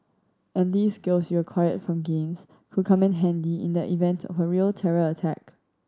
and these skills you acquired from games could come in handy in the event a real terror attack